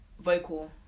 vocal